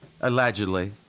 allegedly